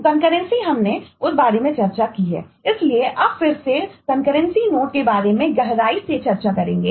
concurrency के बारे में गहराई से चर्चा करेंगे